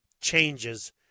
changes